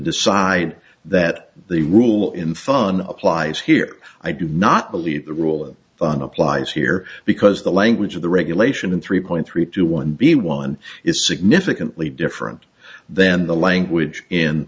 decide that the rule in fun applies here i do not believe the rule of law applies here because the language of the regulation three point three two one b one is significantly different then the language in